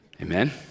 amen